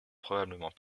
probablement